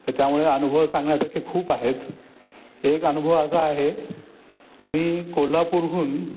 तर त्यामुळे अनुभव सांगण्यासारखे खूप आहेत एक अनुभव असा आहे आम्ही कोल्हापूरहून